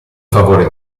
favore